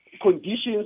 conditions